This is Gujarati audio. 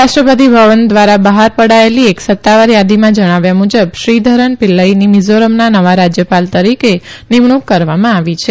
રાષ્ટ્રપતિ ભવન દ્વાર બહાર પૌાયેલી એક સત્તાવાર થાદીમાં જણાવ્યા મુજબ શ્રીધરન પિલ્લાઈની મિઝોરમના નવા રાજ્યપાલ તરીકે નિમણૂંક કરવામાં આવી છે